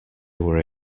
were